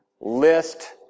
list